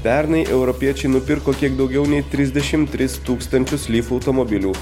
pernai europiečiai nupirko kiek daugiau nei trisdešim tris tūkstančius lyv automobilių